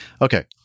Okay